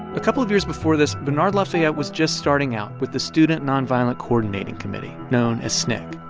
a couple of years before this, bernard lafayette was just starting out with the student nonviolent coordinating committee, known as sncc.